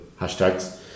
hashtags